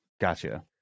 Gotcha